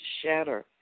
shatter